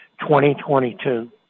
2022